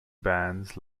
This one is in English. bands